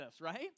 right